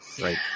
Right